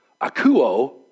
Akuo